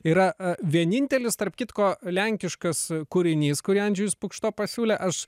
yra a vienintelis tarp kitko lenkiškas kūrinys kurį andžejus pukšto pasiūlė aš